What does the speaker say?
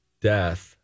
death